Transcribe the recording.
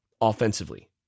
offensively